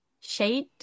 shade